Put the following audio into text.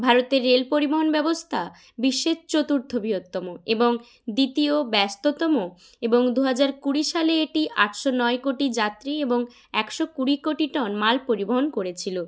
ভারতের রেল পরিবহন ব্যবস্থা বিশ্বের চতুর্থ বৃহত্তম এবং দ্বিতীয় ব্যস্ততম এবং দু হাজার কুড়ি সালে এটি আটশো নয় কোটি যাত্রী এবং একশো কুড়ি কোটি টন মাল পরিবহন করেছিলো